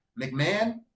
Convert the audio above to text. McMahon